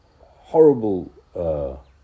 horrible